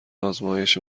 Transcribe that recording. آزمایش